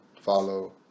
follow